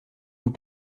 vous